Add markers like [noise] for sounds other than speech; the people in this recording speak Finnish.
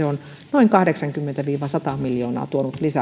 [unintelligible] on noin kahdeksankymmentä viiva sata miljoonaa tuonut